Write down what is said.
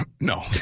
No